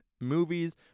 movies